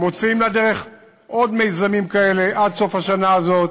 מוציאים לדרך עוד מיזמים כאלה עד סוף השנה הזאת,